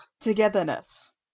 Togetherness